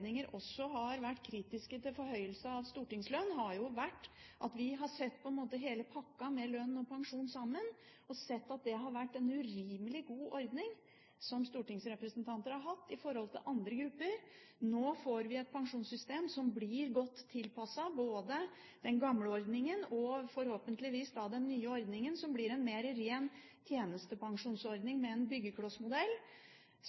anledninger også har vært kritisk til forhøyelse av stortingslønn, har jo vært at vi på en måte har sett på hele pakken av lønn og pensjon sammen. Vi har sett at stortingsrepresentanter har hatt en urimelig god ordning i forhold til andre grupper. Nå får vi et pensjonssystem som blir godt tilpasset både den gamle ordningen og forhåpentligvis den nye ordningen. Den blir en mer ren